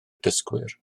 dysgwyr